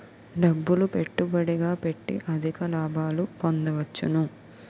డబ్బులు పెట్టుబడిగా పెట్టి అధిక లాభాలు పొందవచ్చును